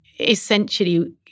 essentially